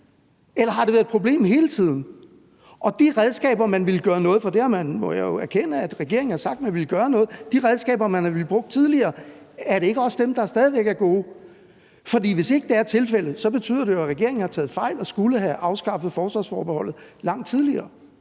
Eller har det været et problem hele tiden? Og er det ikke også de redskaber, man har villet bruge tidligere – jeg må jo erkende, at regeringen har sagt, at man vil gøre noget – som stadig væk er gode? For hvis ikke det er tilfældet, betyder det jo, at regeringen har taget fejl og skulle have afskaffet forsvarsforbeholdet langt tidligere.